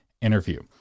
interview